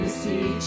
see